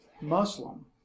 Muslim